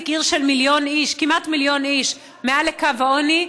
עיר של כמעט מיליון איש מעל לקו העוני,